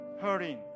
hurting